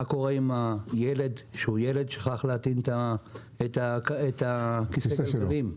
מה קורה אם הילד שכח להטעין את כיסא הגלגלים שלו?